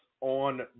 on